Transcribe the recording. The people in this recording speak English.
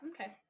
Okay